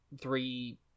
three